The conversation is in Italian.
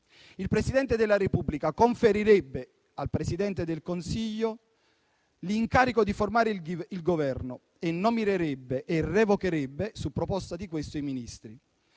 Il Presidente della Repubblica conferirebbe al Presidente del Consiglio l'incarico di formare il Governo e nominerebbe e revocherebbe, su proposta di questo, i Ministri.